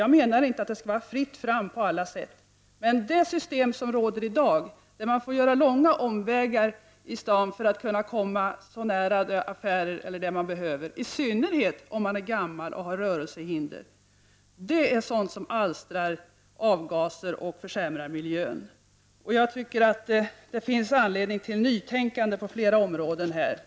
Jag menar inte att det skall vara fritt fram, men det system som i dag råder, där man är tvungen att göra långa omvägar för att komma i närheten av affärer — i synnerhet om man är gammal och har rörelsehinder — alstrar verkligen avgaser och försämrar miljön. Jag tycker att det finns anledning till nytänkande här.